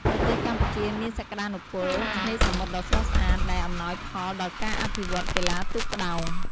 ប្រទេសកម្ពុជាមានសក្ដានុពលឆ្នេរសមុទ្រដ៏ស្រស់ស្អាត ដែលអំណោយផលដល់ការអភិវឌ្ឍន៍កីឡាទូកក្ដោង។